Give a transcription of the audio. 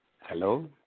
Hello